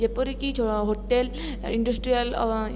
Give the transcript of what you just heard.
ଯେପରିକି hotel industrial